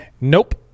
nope